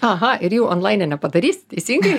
aha ir jų onlaine nepadarysi teisingai